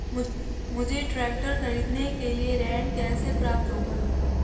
मुझे ट्रैक्टर खरीदने के लिए ऋण कैसे प्राप्त होगा?